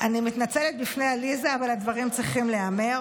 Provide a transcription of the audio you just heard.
אני מתנצלת בפני עליזה, אבל הדברים צריכים להיאמר,